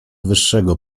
wyższego